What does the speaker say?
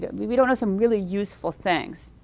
yeah we we don't know some really useful things.